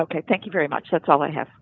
ok thank you very much that's all i have